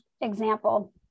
example